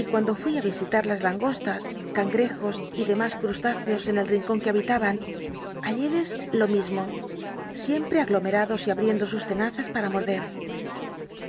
y cuando fui ü isiliu las langostas cangrejos y demas ctusl iceos en cll'incon que habitaban halléles lo mismo siempre aglomerados y abriendo sus t ena as para morder